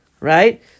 Right